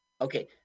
Okay